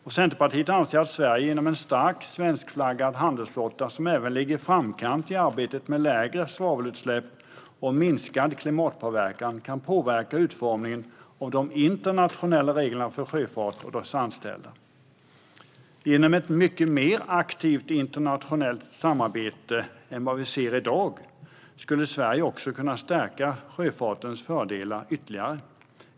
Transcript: Centerpartiet anser att Sverige genom en stark svenskflaggad handelsflotta, som även ligger i framkant i arbetet med lägre svavelutsläpp och minskad klimatpåverkan, kan påverka utformningen av de internationella reglerna för sjöfarten och dess anställda. Genom ett mycket mer aktivt internationellt samarbete än det vi ser i dag skulle Sverige kunna stärka sjöfartens fördelar ytterligare.